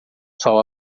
sol